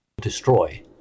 destroy